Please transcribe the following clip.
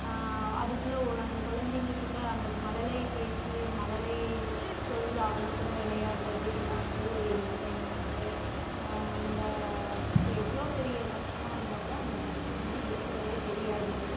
அதுக்குள்ளே ஒ அந்த கொழந்தைங்க குள்ளே அந்த மழலைப் பேச்சு மழலை சொல் அவங்க கூட விளையாட்றது இதெல்லாம் வந்து ஒரு என்டர்டைன்மெண்ட்டு நம்ம எவ்வளோ பெரிய கஷ்டமாக இருந்தால்க்கூட அந்த கஷ்டம் வந்து இருக்கிறதே தெரியாது